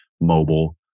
mobile